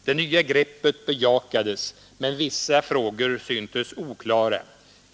Det nya greppet bejakades, men vissa frågor syntes oklara.